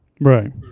Right